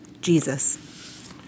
Jesus